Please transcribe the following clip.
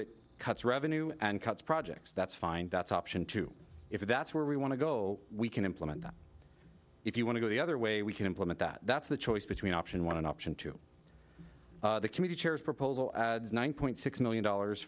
it cuts revenue and cuts projects that's fine that's option two if that's where we want to go we can implement that if you want to go the other way we can implement that that's the choice between option one an option two the committee chairs proposal one point six million dollars